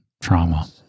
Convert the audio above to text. trauma